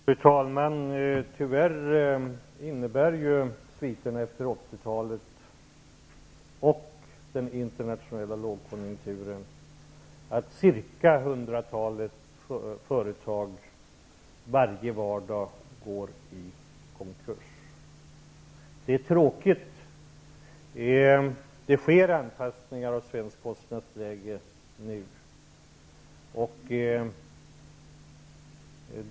Fru talman! Tyvärr innebär sviterna efter 80-talet och den internationella lågkonjunkturen att cirka hundratalet företag varje vardag går i konkurs. Det är tråkigt. Det sker nu en anpassning av svenskt kostnadsläge.